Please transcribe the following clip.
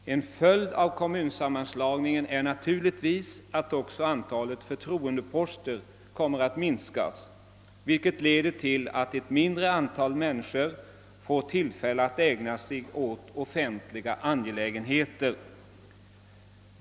En följd av en kommunsammanslagningsreform är naturligtvis också att antalet förtroendeposter kommer att minskas, vilket leder till att ett mindre antal människor får tillfälle att ägna sig åt offentliga angelägenheter.